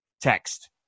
text